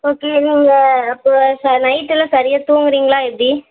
okay நீங்கள் எப்போவாச்சும் நைட்டெல்லாம் சரியா தூங்குறீங்களா எப்படி